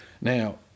Now